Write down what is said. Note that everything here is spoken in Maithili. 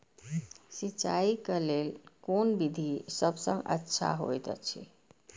सिंचाई क लेल कोन विधि सबसँ अच्छा होयत अछि?